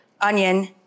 onion